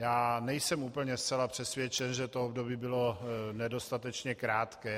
Já nejsem zcela přesvědčen, že to období bylo nedostatečně krátké.